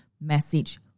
message